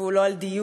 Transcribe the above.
והוא לא על דיור,